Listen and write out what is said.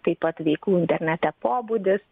taip pat veiklų internete pobūdis